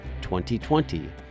2020